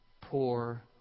poor